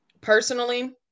Personally